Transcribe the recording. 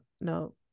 No